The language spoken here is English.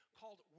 called